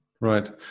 Right